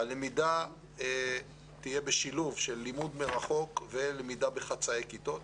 הלמידה תהיה בשילוב של לימוד מרחוק ולמידה בחצאי כיתות.